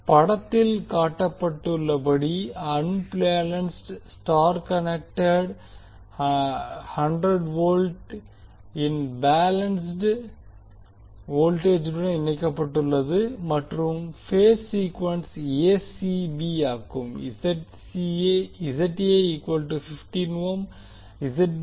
படத்தில் காட்டப்பட்டுள்ளபடி unbalanced star connected load 100 V இன் பேலன்ஸ்ட் வோல்ட்டேஜுடன் இணைக்கப்பட்டுள்ளது மற்றும் பேஸ் சீக்குவென்ஸ் acb ஆகும்